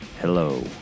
hello